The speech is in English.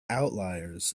outliers